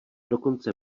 dokonce